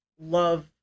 love